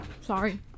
Sorry